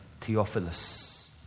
Theophilus